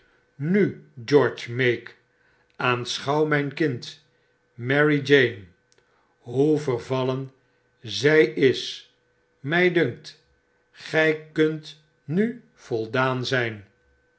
nu george meek aanschouw myn kind marie jane hoe vervallen zy is my dunkt gy kunt nu voldaan zyn